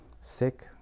sick